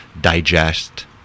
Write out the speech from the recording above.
digest